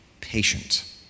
patient